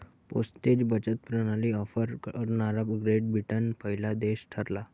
postage बचत प्रणाली offer करणारा ग्रेट ब्रिटन पहिला देश ठरला